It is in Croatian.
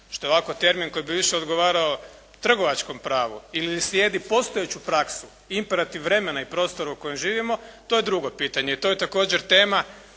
što je ovako termin koji bi više odgovarao trgovačkom pravu, ili da slijedi postojeću praksu. Imperativ vremena i prostor u kojem živimo to je drugo pitanje. I to je također tema